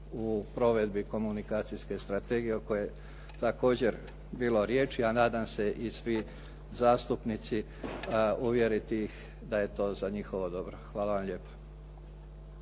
u provedbi komunikacijske strategije o kojoj je također bilo riječ, a nadam se i svi zastupnici uvjeriti ih da je to za njihovo dobro. Hvala vam lijepa.